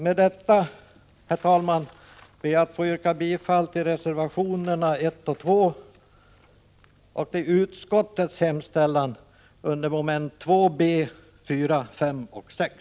Med detta, herr talman, ber jag att få yrka bifall till reservationerna 1 och 2 och till utskottets hemställan under momenten 2 b, 4, 5 och 6.